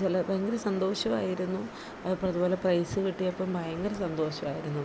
ചില ഭയങ്കര സന്തോഷായിരുന്നു അപ്പം അതുപോലെ പ്രൈസ് കിട്ടിയപ്പം ഭയങ്കര സന്തോഷായിരുന്നു